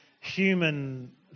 human